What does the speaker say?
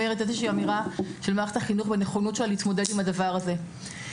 אמירה של מערכת החינוך על הנכונות שלה להתמודד עם הדבר הזה.